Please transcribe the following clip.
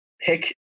pick